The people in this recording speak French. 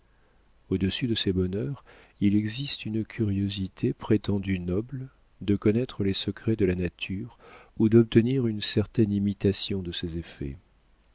au-dessus de ces bonheurs il existe une curiosité prétendue noble de connaître les secrets de la nature ou d'obtenir une certaine imitation de ses effets